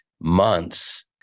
months